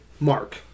Mark